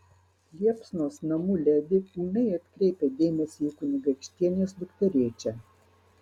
liepsnos namų ledi ūmiai atkreipia dėmesį į kunigaikštienės dukterėčią